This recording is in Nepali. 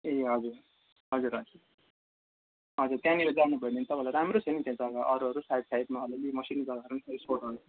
ए हजुर हजुर हजुर हजुर त्यहाँनिर जानु भयो भने तपाईँहरूलाई राम्रो छ नि त्यहाँ जग्गा अरू अरू साइड साइडमा अलिअलि मसिनो जग्गाहरू पनि छ स्पोटहरू